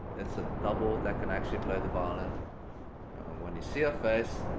it's a double that can actually play the violin. and when you see her face,